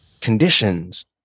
conditions